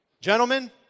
gentlemen